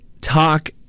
talk